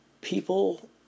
people